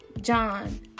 John